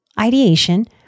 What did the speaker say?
ideation